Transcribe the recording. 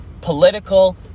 political